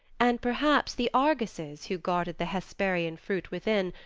and perhaps the argus's who guarded the hesperian fruit within,